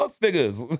figures